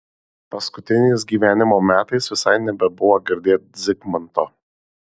paskutiniais gyvenimo metais visai nebebuvo girdėt zigmanto